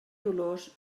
dolors